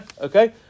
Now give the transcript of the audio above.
Okay